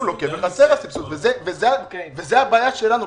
חסר הסבסוד, וזו הבעיה שלנו.